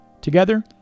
Together